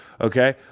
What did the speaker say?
okay